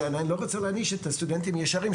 אני לא רוצה להעניש את הסטודנטים הישרים,